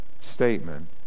statement